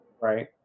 Right